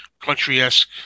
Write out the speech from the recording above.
country-esque